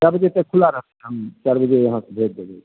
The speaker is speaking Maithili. कै बजे तक खुला रहतै हम चार बजे यहाँ से भेज देबै